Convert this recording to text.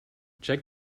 check